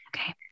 Okay